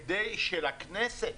כדי שלכנסת,